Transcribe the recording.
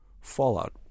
Fallout